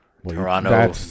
Toronto